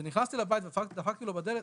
כשנכנסתי הביתה ודפקתי לו בדלת,